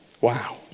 Wow